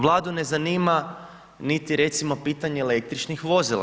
Vladu ne zanima niti recimo pitanje električnih vozila.